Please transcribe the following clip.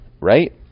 Right